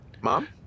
Mom